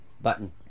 button